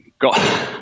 Got